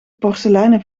porseleinen